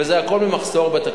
וזה הכול ממחסור בתקציב.